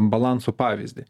balanso pavyzdį